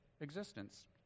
existence